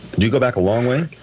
do you go back a long way?